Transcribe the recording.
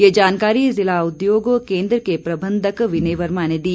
ये जानकारी जिला उद्योग केंद्र के प्रबंधक विनय वर्मा ने दी